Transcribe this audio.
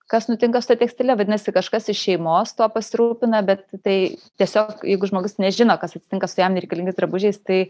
kas nutinka su ta tekstile vadinasi kažkas iš šeimos tuo pasirūpina bet tai tiesiog jeigu žmogus nežino kas atsitinka su jam nereikalingais drabužiais tai